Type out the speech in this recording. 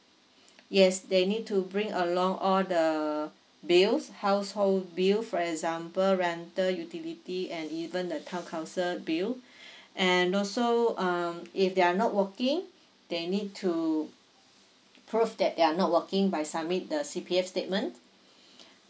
yes they need to bring along all the bills household bill for example rental utility and even the town council bill and also uh if they are not working they need to prove that they are not working by submit the C_P_F statement